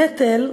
הנטל,